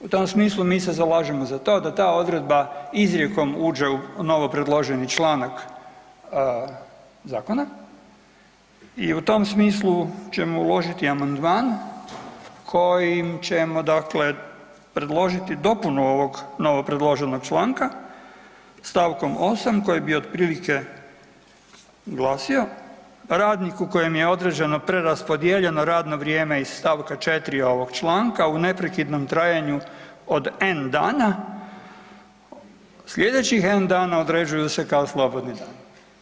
U tom smislu mi se zalažemo za to da ta odredba izrijekom uđe u novo predloženi članak zakona i u tom smislu ćemo uložiti amandman kojim ćemo predložiti dopunu ovog novo predloženog članka st. 8 koji bi otprilike glasio „radniku kojem je određeno preraspodijeljeno radno vrijeme i st. 4. ovog članka u neprekidnom trajanju od N dana, sljedećih N dana određuju se kao slobodni dan“